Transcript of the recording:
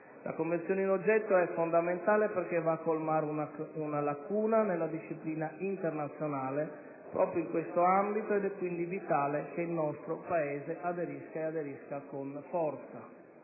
La Convenzione è fondamentale perché va a colmare una lacuna nella disciplina internazionale proprio in questo ambito ed è quindi vitale che il nostro Paese aderisca e aderisca con forza.